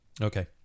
Okay